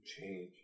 change